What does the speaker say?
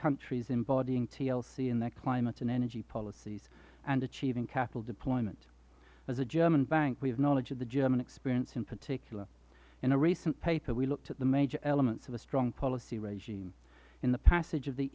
countries embodying tlc in their climate and energy policies and achieving capital deployment as a german bank we have knowledge of the german experience in particular in a recent paper we looked at the major elements of a strong policy regime in the passage of the